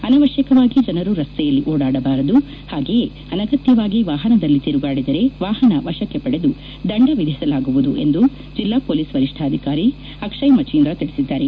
ಅನವಶ್ವಕವಾಗಿ ಜನರು ರಸ್ತೆಯಲ್ಲಿ ಓಡಾಡಬಾರದು ಹಾಗೆ ಅನಗತ್ವವಾಗಿ ವಾಹನದಲ್ಲಿ ತಿರುಗಾಡಿದರೆ ವಾಹನ ವಶಕ್ಷೆ ಪಡೆದು ದಂಡ ವಿಧಿಸಲಾಗುವುದು ಎಂದು ಜಿಲ್ಲಾ ಪೊಲೀಸ್ ವರಿಷ್ಠಾಧಿಕಾರಿ ಅಕ್ಷಯ್ ಮಚೀಂದ್ರ ತಿಳಿಸಿದ್ದಾರೆ